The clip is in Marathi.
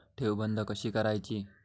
ठेव बंद कशी करायची?